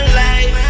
life